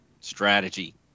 strategy